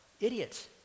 idiots